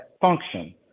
function